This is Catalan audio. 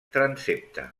transsepte